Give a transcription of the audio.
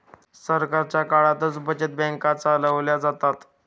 सरकारच्या काळातच बचत बँका चालवल्या जातात